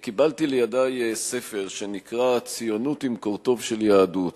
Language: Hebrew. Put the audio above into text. קיבלתי לידי ספר שנקרא "ציונות עם קורטוב של יהדות",